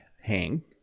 hang